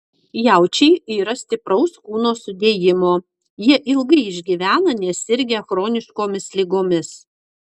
jaučiai yra stipraus kūno sudėjimo jie ilgai išgyvena nesirgę chroniškomis ligomis